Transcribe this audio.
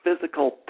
physical